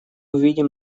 увидим